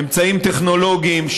אמצעים טכנולוגיים,